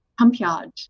Pumpyard